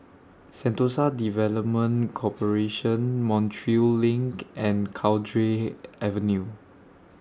Sentosa Development Corporation Montreal LINK and Cowdray Avenue